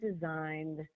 designed